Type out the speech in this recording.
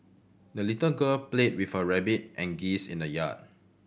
the little girl played with her rabbit and geese in the yard